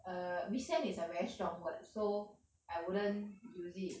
err resent is a very strong word so I wouldn't use it